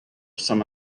some